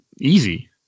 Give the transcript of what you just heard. easy